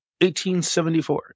1874